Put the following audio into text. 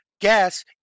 gas